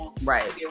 Right